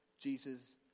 Jesus